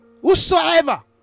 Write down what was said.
Whosoever